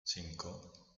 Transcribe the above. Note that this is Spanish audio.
cinco